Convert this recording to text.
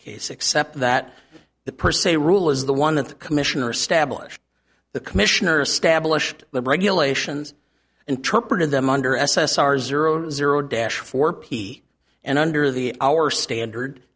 case except that the per se rule is the one that the commissioner stablished the commissioner stablished but regulations interpreted them under s s r zero zero dash for p and under the our standard